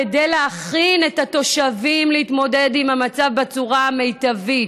כדי להכין את התושבים להתמודד עם המצב בצורה מיטבית,